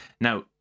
Now